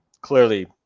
clearly